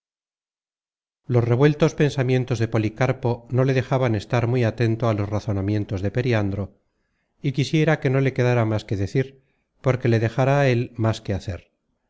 los revueltos pensamientos de policarpo no le dejaban estar muy atento á los razonamientos de periandro y quisiera que no le quedara más que decir porque le dejara á él más que hacer